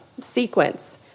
sequence